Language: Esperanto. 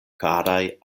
karaj